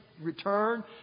Return